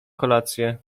kolację